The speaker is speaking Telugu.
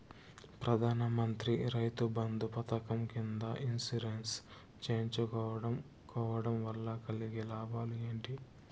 ప్రధాన మంత్రి రైతు బంధు పథకం కింద ఇన్సూరెన్సు చేయించుకోవడం కోవడం వల్ల కలిగే లాభాలు ఏంటి?